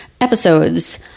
episodes